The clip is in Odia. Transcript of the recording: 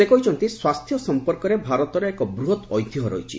ସେ କହିଛନ୍ତି ସ୍ୱାସ୍ଥ୍ୟ ସମ୍ପର୍କରେ ଭାରତର ଏକ ବୃହତ୍ ଐତିହ୍ୟ ରହିଛି